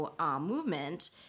movement